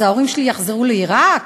אז ההורים שלי יחזרו לעיראק?